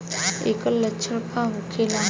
ऐकर लक्षण का होखेला?